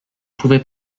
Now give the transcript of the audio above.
pouvait